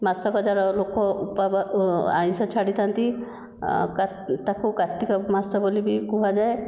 ମାସକ ଯାକ ଲୋକ ଆଇଁଷ ଛାଡ଼ିଥାନ୍ତି ତାକୁ କାର୍ତ୍ତିକ ମାସ ବୋଲି ବି କୁହାଯାଏ